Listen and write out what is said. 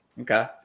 Okay